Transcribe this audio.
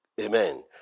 Amen